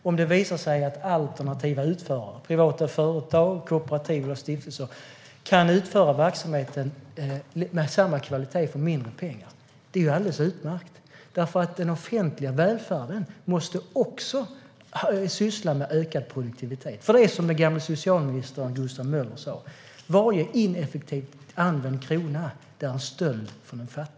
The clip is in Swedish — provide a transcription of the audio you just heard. Om det visar sig att alternativa utförare, som privata företag, kooperativ och stiftelser, kan utföra verksamheten med samma kvalitet för mindre pengar är det alldeles utmärkt. Den offentliga välfärden måste också syssla med ökad produktivitet. Det är som den gamle socialministern Gustav Möller sa: Varje ineffektivt använd skattekrona är en stöld från de fattiga.